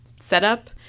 setup